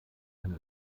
eine